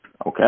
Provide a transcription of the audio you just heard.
Okay